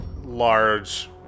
large